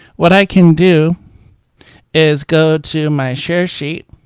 what i can do is go to my share sheet